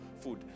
food